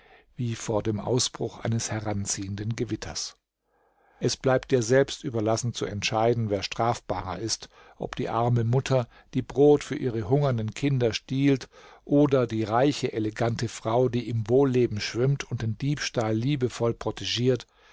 wie vor dem ausbruch eines heranziehenden gewitters es bleibt dir selbst überlassen zu entscheiden wer strafbarer ist ob die arme mutter die brot für ihre hungernden kinder stiehlt oder die reiche elegante frau die im wohlleben schwimmt und den diebstahl liebevoll